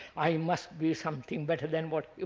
i must be something better than what. you